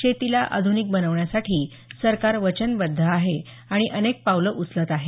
शेतीला आध्निक बनवण्यासाठी सरकार वचनबद्ध आहे आणि अनेक पावलं उचलत आहे